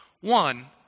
One